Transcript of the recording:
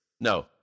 No